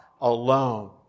alone